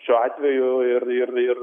šiuo atveju ir ir ir